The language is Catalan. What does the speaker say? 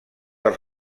als